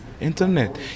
internet